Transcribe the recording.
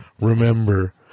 remember